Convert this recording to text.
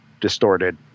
distorted